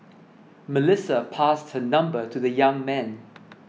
Melissa passed her number to the young man